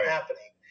happening